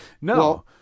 no